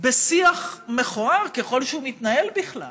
בשיח מכוער, ככל שהוא מתנהל בכלל.